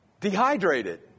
dehydrated